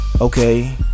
Okay